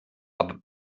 aber